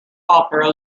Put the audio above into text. offer